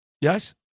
Yes